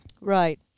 Right